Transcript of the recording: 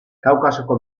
kaukasoko